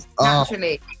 naturally